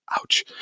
Ouch